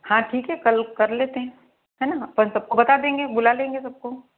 हाँ ठीक है कल कर लेते हैं है ना पर सबको बता देंगे बुला लेंगे सबको